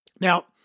Now